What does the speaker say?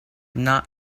not